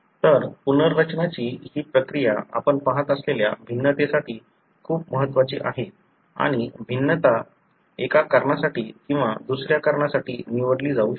तर पुनर्रचनाची ही प्रक्रिया आपण पाहत असलेल्या भिन्नतेसाठी खूप महत्वाची आहे आणि भिन्नता एका कारणासाठी किंवा दुसऱ्या कारणासाठी निवडली जाऊ शकते